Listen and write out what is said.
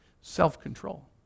Self-control